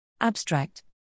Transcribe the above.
Abstract